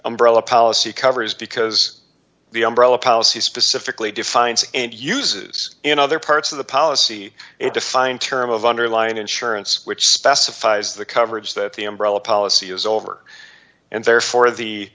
umbrella policy covers because the umbrella policy specifically defines and uses in other parts of the policy it defined term of underlying insurance which specifies the coverage that the umbrella policy has over and therefore the